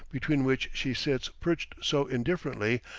between which she sits perched so indifferently,